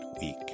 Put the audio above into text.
week